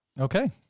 Okay